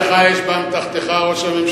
בקדימה, מה לך יש באמתחתך, ראש הממשלה?